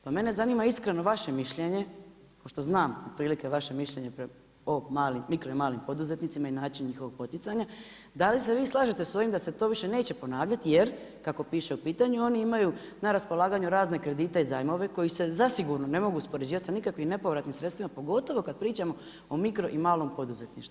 Pa mene zanima iskreno vaše mišljenje pošto znam otprilike vaše mišljenje o malim, mikro i malim poduzetnicima i način njihovog poticanja, da li se vi slažete sa ovim da se to više neće ponavljati, jer kako piše u pitanju oni imaju na raspolaganju razne kredite i zajmove koji se zasigurno ne mogu uspoređivati sa nikakvim nepovratnim sredstvima pogotovo kad pričamo o mikro i malom poduzetništvu.